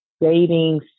dating